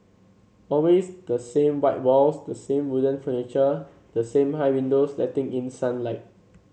always the same white walls the same wooden furniture the same high windows letting in sunlight